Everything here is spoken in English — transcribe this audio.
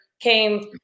came